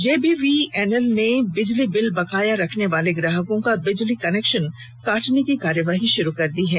JVVNL ने बिजली bill बकाया रखने वाले ग्राहकों का बिजली कनेक्शन काटने की कार्रवाही शुरू की है